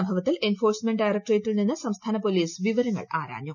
സംഭവത്തിൽ എൻഫോഴ്സ്മെന്റ് ഡയറക്ടറേറ്റിൽ നിന്ന് സംസ്ഥാന പൊലീസ് വിവരങ്ങൾ ആരാഞ്ഞു